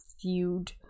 feud